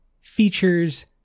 features